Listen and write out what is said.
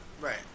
Right